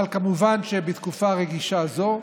אבל כמובן שבתקופה רגישה זו,